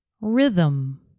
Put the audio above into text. rhythm